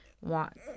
want